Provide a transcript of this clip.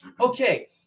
Okay